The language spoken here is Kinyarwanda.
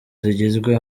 zigizwe